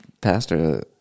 pastor